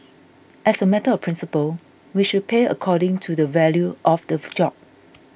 as a matter of principle we should pay according to the value of the job